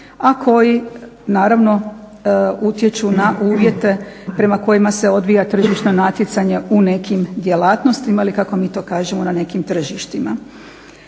a koji naravno utječu na uvjete prema kojima se odvija tržišno natjecanje u nekim djelatnostima ili kako mi to kažemo na nekim tržištima.